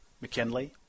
McKinley